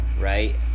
right